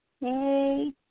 Hey